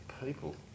people